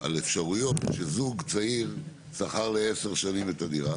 על אפשריות שזוג צעיר שכר לעשר שנים את הדירה